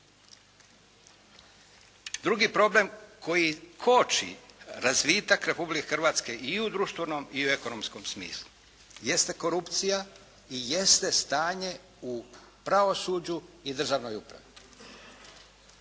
Drugi problem koji koči razvitak Republike Hrvatske i u društvenom i u ekonomskom smislu jeste korupcija i jeste stanje u pravosuđu i državnoj upravi.